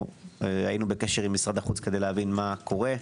היינו בקשר עם משרד החוץ להבין מה קורה.